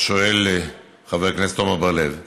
השואל חבר הכנסת עמר בר-לב,